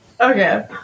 Okay